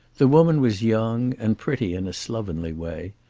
the woman was young, and pretty in a slovenly way.